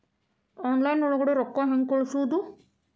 Online ಒಳಗಡೆ ರೊಕ್ಕ ಹೆಂಗ್ ಕಳುಹಿಸುವುದು?